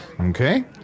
Okay